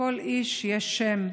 לכל איש יש שם,